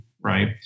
right